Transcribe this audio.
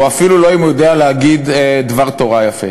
או אפילו לא אם הוא יודע להגיד דבר תורה יפה